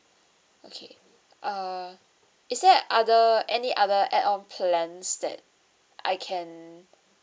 okay uh is there other any other add on plans that I can